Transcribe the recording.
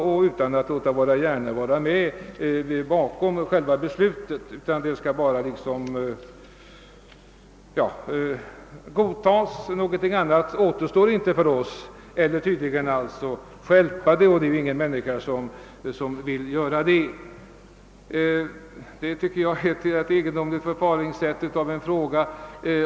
Vi skall inte låta våra hjärnor vara med bakom själva beslutet, utan vi skall godta propositionens förslag. Något annat återstår tydligen inte för oss, ty det vore att stjälpa det hela, och ingen människa vill göra det. Detta är ett rätt egendomligt förfaringssätt.